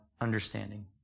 understanding